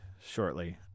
shortly